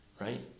right